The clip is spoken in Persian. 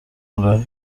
آنرا